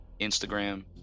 Instagram